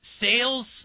Sales